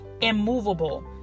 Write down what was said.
immovable